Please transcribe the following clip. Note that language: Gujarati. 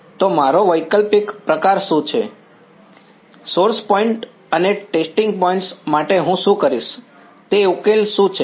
તો મારો વૈકલ્પિક પ્રકાર શું છે સોર્સ પોઈન્ટ્સ અને ટેસ્ટિંગ પોઈન્ટ્સ માટે હું શું કરીશ તે ઉકેલ શું છે